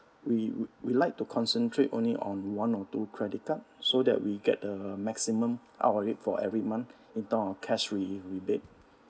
we we like to concentrate only on one or two credit card so that we get the maximum out of it for every month in term of cash rebate